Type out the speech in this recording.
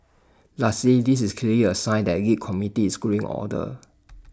lastly this is clearly A sign that the geek community is growing older